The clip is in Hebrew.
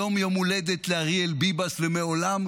היום יום הולדת לאריאל ביבס, ומעולם,